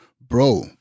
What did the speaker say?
bro